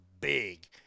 big